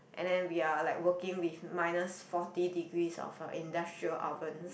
and then we are like working with minus forty degrees of a industrial ovens